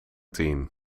team